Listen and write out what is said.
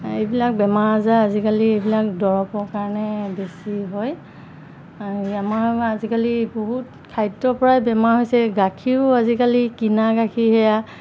এইবিলাক বেমাৰ আজাৰ আজিকালি এইবিলাক দৰৱৰ কাৰণে বেছি হয় আমাৰ আজিকালি বহুত খাদ্যৰ পৰাই বেমাৰ হৈছে গাখীৰো আজিকালি কিনা গাখীৰ সেয়া